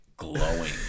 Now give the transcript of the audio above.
glowing